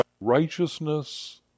righteousness